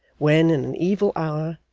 when, in an evil hour,